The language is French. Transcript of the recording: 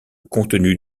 contenu